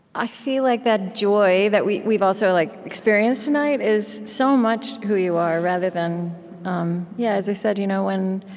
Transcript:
i feel like that joy that we've we've also like experienced tonight is so much who you are, rather than yeah, as i said, you know when